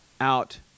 out